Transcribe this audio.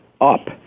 Up